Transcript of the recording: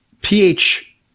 pH